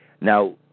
now